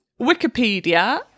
Wikipedia